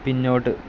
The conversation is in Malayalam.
പിന്നോട്ട്